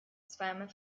zweimal